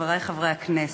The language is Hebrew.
חברי חברי הכנסת,